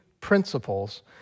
principles